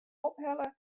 ophelle